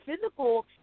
physical